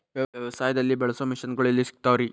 ವ್ಯವಸಾಯದಲ್ಲಿ ಬಳಸೋ ಮಿಷನ್ ಗಳು ಎಲ್ಲಿ ಸಿಗ್ತಾವ್ ರೇ?